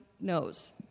knows